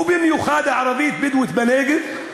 ובמיוחד הערבית-בדואית בנגב?